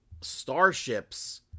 Starships